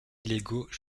illégaux